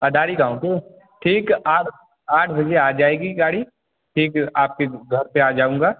अधारी गाँव पर ठीक आठ बजे आ जाएगी गाड़ी ठीक आपके घर पर आ जाऊँगा